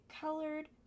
colored